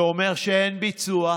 זה אומר שאין ביצוע,